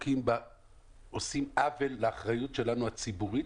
עושים עוול לאחריות הציבורית שלנו,